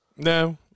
No